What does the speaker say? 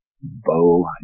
bow